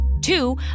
Two